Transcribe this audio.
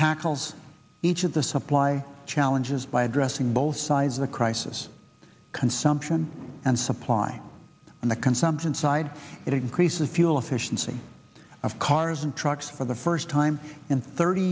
tackles each of the supply challenges by addressing both sides of the crisis consumption and supply and the consumption side it increases fuel efficiency of cars and trucks for the first time in thirty